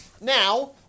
Now